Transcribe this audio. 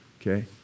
Okay